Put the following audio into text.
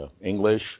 English